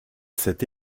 cette